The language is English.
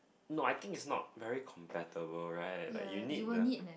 no I think is not very compatible right like you need the